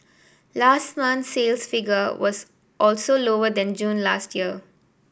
last month's sales figure was also lower than June last year